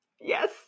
Yes